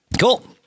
Cool